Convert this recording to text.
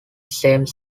same